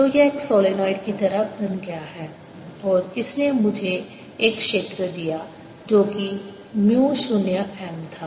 तो यह एक सोलनॉइड की तरह बन गया और इसने मुझे एक क्षेत्र दिया जो कि म्यू 0 एम था